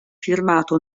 firmato